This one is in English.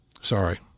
sorry